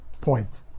point